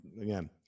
again